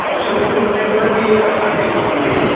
تۄہہِ چھُو local mic ضوٚرَتھ کہِ یہِ ہاے ٹٮ۪ک مایِک